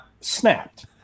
snapped